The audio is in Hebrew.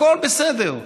הכול בסדר,